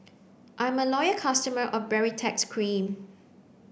I'm a loyal customer of Baritex Cream